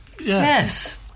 Yes